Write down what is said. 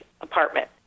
apartment